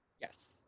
Yes